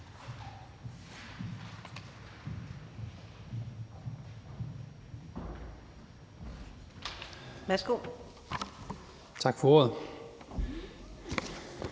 har gjort. Tak for ordet.